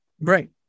right